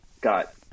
got